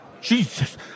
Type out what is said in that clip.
jesus